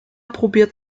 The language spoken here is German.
probiert